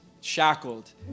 shackled